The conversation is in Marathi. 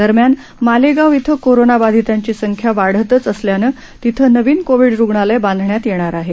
दरम्यान मालेगाव इथं कोरोना बधितांची संख्या वाढतच असल्यानं तिथं नवीन कोविड रुग्णालय बांधण्यात येणार आहे